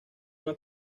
una